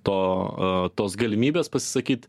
to a tos galimybės pasisakyt